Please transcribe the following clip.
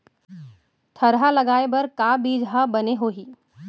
थरहा लगाए बर का बीज हा बने होही?